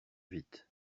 vite